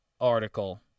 article